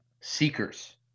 seekers